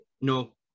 No